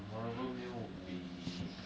memorable meal would be